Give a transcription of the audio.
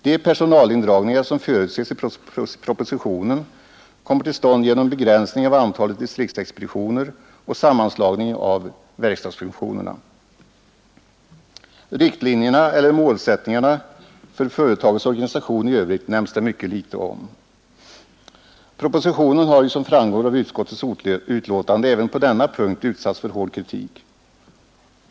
De personalindragningar som förutses i propositionen kommer till stånd genom begränsning av antalet distriktsexpeditioner och sammanslagningen av verkstadsfunktionerna. Riktlinjerna eller målsättningen för företagets organisation nämns det mycket litet om. Propositionen har ju, som framgår av utskottets betänkande, även på denna punkt utsatts för hård kritik.